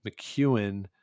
McEwen